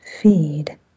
feed